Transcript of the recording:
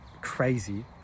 crazy